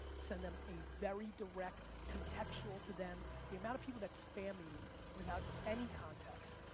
send them a very direct contextual to them. the amount of people that spam me without any context,